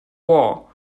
war